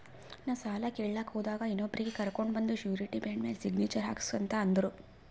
ನಾ ಸಾಲ ಕೇಳಲಾಕ್ ಹೋದಾಗ ಇನ್ನೊಬ್ರಿಗಿ ಕರ್ಕೊಂಡ್ ಬಂದು ಶೂರಿಟಿ ಬಾಂಡ್ ಮ್ಯಾಲ್ ಸಿಗ್ನೇಚರ್ ಹಾಕ್ಸೂ ಅಂತ್ ಅಂದುರ್